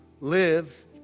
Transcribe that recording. Live